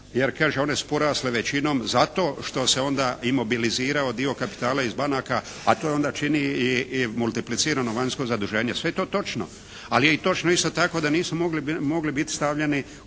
jer kaže one su porasle većinom zato što se onda imobilizirao dio kapitala iz banaka, a to onda čini i multiplicirano vanjsko zaduženje. Sve je to točno, ali je i točno isto tako da nisu mogli biti stavljeni